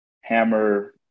hammer